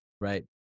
right